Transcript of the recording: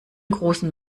großen